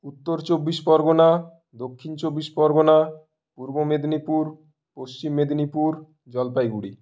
উত্তর চব্বিশ পরগনা দক্ষিণ চব্বিশ পরগনা পূর্ব মেদিনীপুর পশ্চিম মেদিনীপুর জলপাইগুড়ি